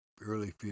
early